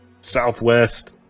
southwest